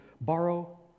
borrow